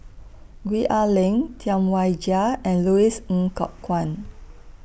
Gwee Ah Leng Tam Wai Jia and Louis Ng Kok Kwang